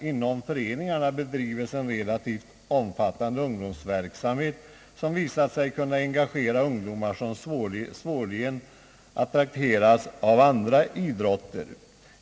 Inom föreningarna bedrives en relativt omfattande ungdomsverksamhet som visat sig kunna engagera ungdomar, som svårligen attraheras av andra idrotter.